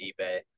eBay